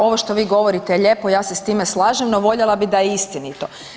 Ovo što vi govorite je lijepo, ja se s time slažem, no voljela bi da je istinito.